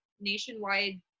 nationwide